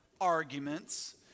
arguments